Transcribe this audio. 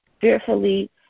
fearfully